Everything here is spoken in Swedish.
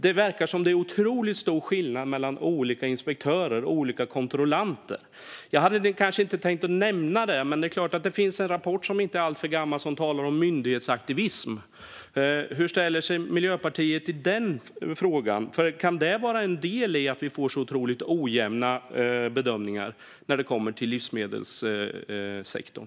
Det verkar som att det är otroligt stor skillnad mellan olika inspektörer och olika kontrollanter. Jag hade inte tänkt nämna det, men det finns en inte alltför gammal rapport där det talas om myndighetsaktivism. Hur ställer sig Miljöpartiet till den frågan? Kan det vara en del i att det blir otroligt ojämna bedömningar när det kommer till livsmedelssektorn?